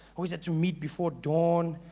always had to meet before dawn,